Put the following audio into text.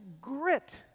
grit